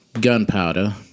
gunpowder